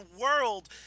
world